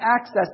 access